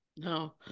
No